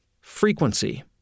Frequency